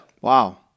Wow